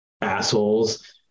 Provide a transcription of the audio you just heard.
assholes